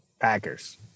Packers